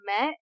met